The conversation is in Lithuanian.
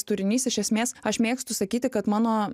turinys iš esmės aš mėgstu sakyti kad mano